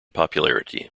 popularity